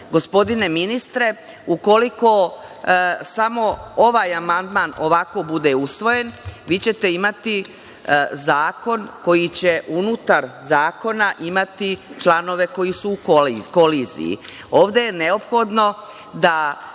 Gospodine ministre ukoliko samo ovaj amandman ovako bude usvojen vi ćete imati zakon koji će unutar zakona imati članove koji su koliziji. Ovde je neophodno da